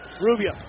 Rubio